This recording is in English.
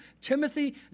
Timothy